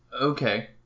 Okay